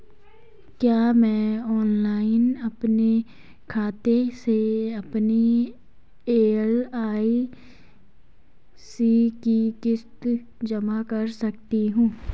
क्या मैं ऑनलाइन अपने खाते से अपनी एल.आई.सी की किश्त जमा कर सकती हूँ?